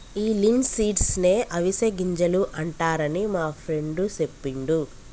ఈ లిన్సీడ్స్ నే అవిసె గింజలు అంటారని మా ఫ్రెండు సెప్పిండు